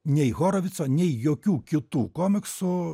nei horovico nei jokių kitų komiksų